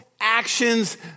actions